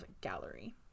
Gallery